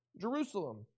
Jerusalem